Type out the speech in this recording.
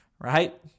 right